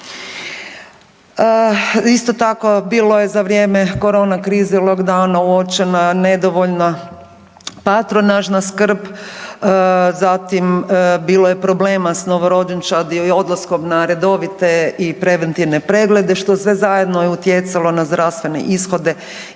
Isto tako bilo je za vrijeme korona krize i lockdowna uočena nedovoljna patronažna skrb. Zatim bilo je problem sa novorođenčadi i odlaskom na redovite i preventivne pregleda što sve zajedno je utjecalo na zdravstvene ishode